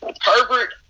Herbert